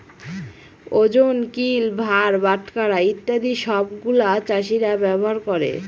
ওজন, কিল, ভার, বাটখারা ইত্যাদি শব্দগুলা চাষীরা ব্যবহার করে